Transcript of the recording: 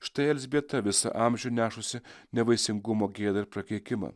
štai elzbieta visą amžių nešusi nevaisingumo gėdą ir prakeikimą